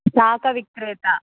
शाकविक्रेता